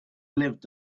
lived